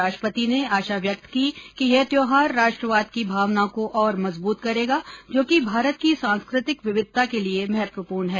राष्ट्रपति ने आशा व्यक्त की कि यह त्योहार राष्ट्रवाद की भावना को और मजबूत करेगा जो कि भारत की सांस्कृतिक विविधता के लिए महत्वपूर्ण है